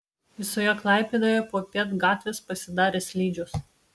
visoje klaipėdoje popiet gatvės pasidarė slidžios